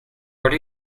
are